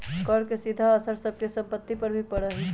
कर के सीधा असर सब के सम्पत्ति पर भी पड़ा हई